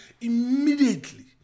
immediately